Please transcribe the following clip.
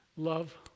Love